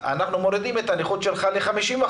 אנחנו מורידים את אחוזי הנכות שלך ל-50%,